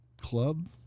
Club